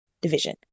division